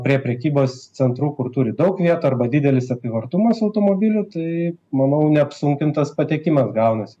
prie prekybos centrų kur turi daug vietų arba didelis apyvartumas automobilių tai manau neapsunkintas patekimas gaunasi